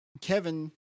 Kevin